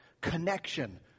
connection